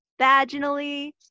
vaginally